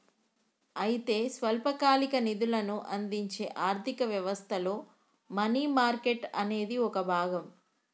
అయితే స్వల్పకాలిక నిధులను అందించే ఆర్థిక వ్యవస్థలో మనీ మార్కెట్ అనేది ఒక భాగం